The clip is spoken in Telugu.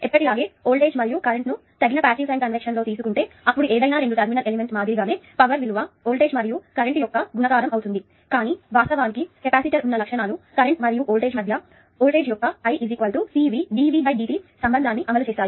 ఎప్పటిలాగే వోల్టేజ్ మరియు కరెంట్ I ను తగిన పాసివ్ సైన్ కన్వెన్షన్ లో తీసుకుంటే అప్పుడు ఏదైనా రెండు టెర్మినల్ ఎలిమెంట్ మాదిరిగానే పవర్ విలువ వోల్టేజ్ మరియు కరెంట్ యొక్క గుణకారం అవుతుంది కానీ వాస్తవానికి కెపాసిటర్ ఉన్న లక్షణాలు కరెంటు మరియు వోల్టేజ్ మధ్య వోల్టేజ్ యొక్క ఈ I CVdVdt సంబంధాన్ని అమలు చేస్తాము